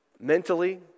Mentally